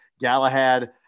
Galahad